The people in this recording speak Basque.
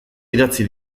idatzi